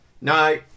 No